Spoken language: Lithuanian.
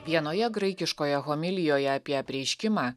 vienoje graikiškoje homilijoje apie apreiškimą